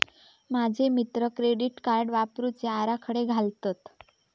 माझे मित्र credit card वापरुचे आराखडे घालतत